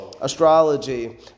astrology